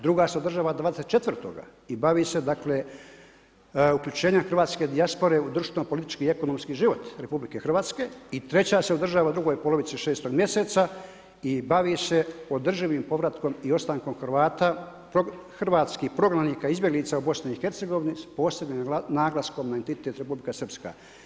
Druga se održava 24.og i bavi se uključenja hrvatske dijaspore u društveno-politički i ekonomski život RH i treća se održava u drugoj polovici 6 mjeseca i bavi se održivim povratkom i ostankom Hrvata, hrvatskih prognanika, izbjeglica u BiH s posebnim naglaskom na identitet Republika Srpska.